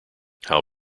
how